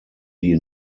die